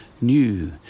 new